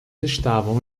estavam